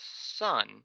sun